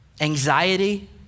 anxiety